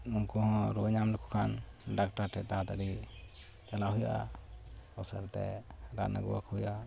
ᱩᱱᱠᱩ ᱦᱚᱸ ᱨᱩᱣᱟᱹ ᱧᱟᱢᱞᱮᱠᱚ ᱠᱷᱟᱱ ᱰᱟᱠᱴᱟᱨ ᱴᱷᱮᱱ ᱛᱟᱲᱟᱛᱟᱹᱲᱤ ᱪᱟᱞᱟᱜ ᱦᱩᱭᱩᱜᱼᱟ ᱩᱥᱟᱹᱨᱟᱛᱮ ᱨᱟᱱ ᱟᱹᱜᱩᱣᱟᱠᱚ ᱦᱩᱭᱩᱜᱼᱟ